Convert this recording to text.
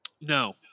No